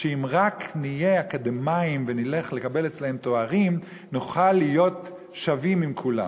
שאם רק נהיה אקדמאים ונלך לקבל אצלם תארים נוכל להיות שווים עם כולם.